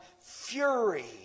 fury